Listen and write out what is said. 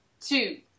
two